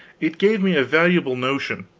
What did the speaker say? it gave me a valuable notion.